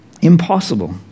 Impossible